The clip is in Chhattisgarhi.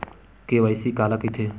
के.वाई.सी काला कइथे?